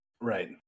Right